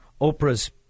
Oprah's